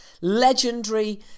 Legendary